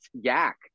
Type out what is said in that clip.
yak